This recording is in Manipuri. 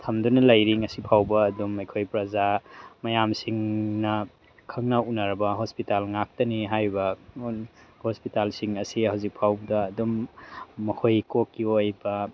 ꯊꯝꯗꯨꯅ ꯂꯩꯔꯤ ꯉꯁꯤ ꯐꯥꯎꯕ ꯑꯗꯨꯝ ꯑꯩꯈꯣꯏ ꯄ꯭ꯔꯖꯥ ꯃꯌꯥꯝꯁꯤꯡꯅ ꯈꯪꯅ ꯎꯅꯔꯕ ꯍꯣꯁꯄꯤꯇꯥꯜ ꯉꯥꯛꯇꯅꯤ ꯍꯥꯏꯔꯤꯕ ꯍꯣꯁꯄꯤꯇꯥꯜꯁꯤꯡ ꯑꯁꯤ ꯍꯧꯖꯤꯛ ꯐꯥꯎꯕꯗ ꯑꯗꯨꯝ ꯃꯈꯣꯏꯒꯤ ꯀꯣꯛꯀꯤ ꯑꯣꯏꯕ